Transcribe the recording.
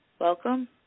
Welcome